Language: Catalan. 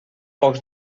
pocs